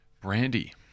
Brandy